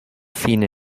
fine